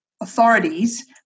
authorities